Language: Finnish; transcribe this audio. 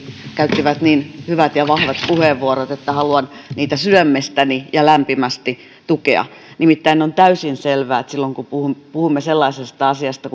käyttivät niin hyvät ja vahvat puheenvuorot että haluan niitä sydämestäni ja lämpimästi tukea nimittäin on täysin selvää että silloin kun puhumme sellaisesta asiasta